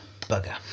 Bugger